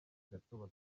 gato